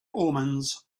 omens